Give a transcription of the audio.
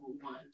one